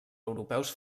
europeus